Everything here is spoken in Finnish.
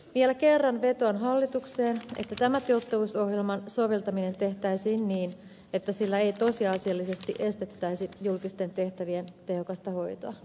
vielä kerran vetoan hallitukseen että tämä tuottavuusohjelman soveltaminen tehtäisiin niin että sillä ei tosiasiallisesti estettäisi julkisten tehtävien tehokasta hoitoa